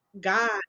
God